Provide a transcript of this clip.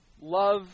love